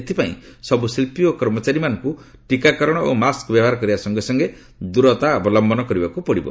ଏଥିପାଇଁ ସବୁ ଶିଳ୍ପୀ ଓ କର୍ମଚାରୀମାନଙ୍କୁ ଟିକାକରଣ ଓ ମାସ୍କ ବ୍ୟବହାର କରିବା ସଙ୍ଗେ ସଙ୍ଗେ ଦୂରତା ଅବଲମ୍ଘନ କରିବାକୁ ପଡିବ